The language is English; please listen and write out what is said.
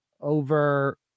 Over